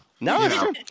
No